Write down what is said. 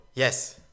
yes